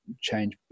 change